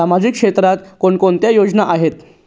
सामाजिक क्षेत्राच्या कोणकोणत्या योजना आहेत?